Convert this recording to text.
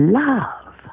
love